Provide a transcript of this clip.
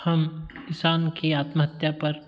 हम किसान की आत्महत्या पर